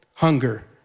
Hunger